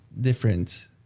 different